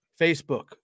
Facebook